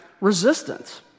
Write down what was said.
resistance